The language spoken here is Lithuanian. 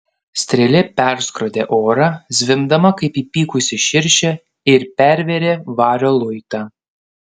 strėlė perskrodė orą zvimbdama kaip įpykusi širšė ir pervėrė vario luitą